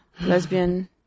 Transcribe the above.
lesbian